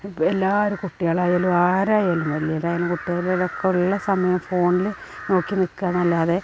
ഇപ്പോൾ എല്ലാവരും കുട്ടികളായാലും ആരായാലും വലിയവരായാലും കുട്ടികള് ഒക്കെ ഉള്ള സമയം ഫോണില് നോക്കി നിൽക്കുക എന്നല്ലാതെ